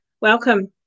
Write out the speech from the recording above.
Welcome